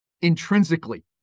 intrinsically